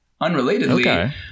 unrelatedly